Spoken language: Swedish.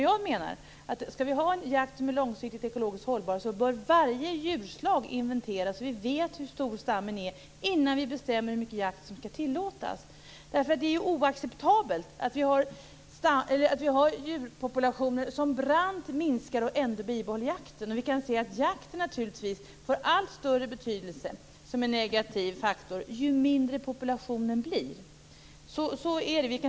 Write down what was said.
Jag menar att om vi skall ha en jakt som är långsiktigt ekologiskt hållbar bör varje djurslag inventeras så att vi vet hur stor stammen är innan vi bestämmer vilken jakt som skall tillåtas. Det är ju oacceptabelt att vi har djurpopulationer som brant minskar och samtidigt behåller jakten. Jakten får allt större betydelse som en negativ faktor ju mindre populationen blir. Så är det.